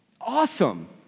Awesome